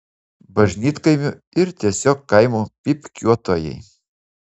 bažnytkaimių ir tiesiog kaimų pypkiuotojai